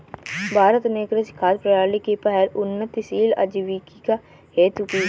भारत ने कृषि खाद्य प्रणाली की पहल उन्नतशील आजीविका हेतु की